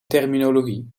terminologie